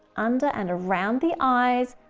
and and around the eyes,